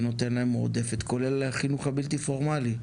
ונותן להם מועדפת, כולל החינוך הבלתי פורמלי.